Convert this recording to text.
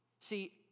See